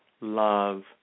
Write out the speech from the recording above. love